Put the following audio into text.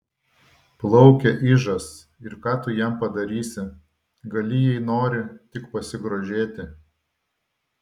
plaukia ižas ir ką tu jam padarysi gali jei nori tik pasigrožėti